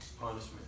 punishment